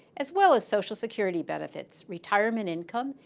as well as social security benefits. retirement income,